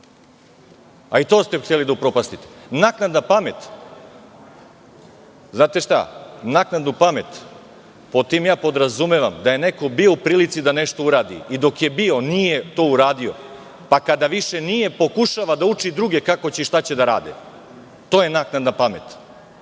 I to ste hteli da upropastite. Naknadna pamet? Znate šta, naknadnu pamet podrazumevam pod tim da je neko bio u prilici da nešto uradi i dok je bio, nije to uradio, pa kada više nije, pokušava da uči druge kako će i šta će da rade. To je naknadna pamet. Oko